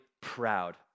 proud